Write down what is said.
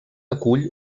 acull